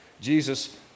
Jesus